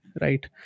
right